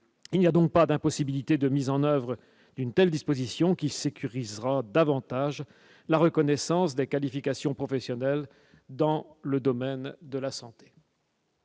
il n'y a donc pas d'impossibilité de mise en oeuvre d'une telle disposition qui sécurisera davantage la reconnaissance des qualifications professionnelles dans le domaine de la santé.